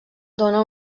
dóna